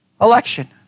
election